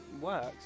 works